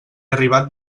arribat